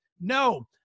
No